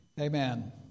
Amen